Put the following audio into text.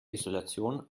isolation